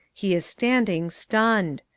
he is standing stunned.